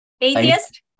atheist